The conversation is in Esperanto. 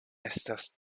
estas